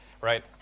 Right